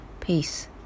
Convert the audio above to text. peace